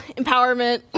empowerment